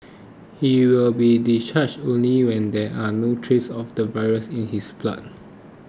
he will be discharged only when there are no traces of the virus in his blood